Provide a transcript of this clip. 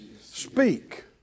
Speak